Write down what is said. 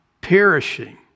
perishing